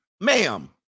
ma'am